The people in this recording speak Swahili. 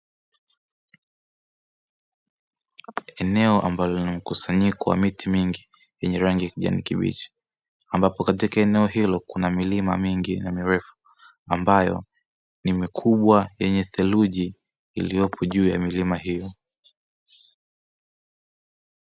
Eneo ambalo lina mkusanyiko wa miti mingi yenye rangi ya kijani kibichi, ambapo katika eneo hilo kuna milima mingi na mirefu ambayo ni mikubwa yenye theluji iliyopo juu ya milima hiyo.